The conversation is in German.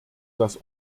das